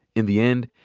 in the end,